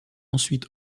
ensuite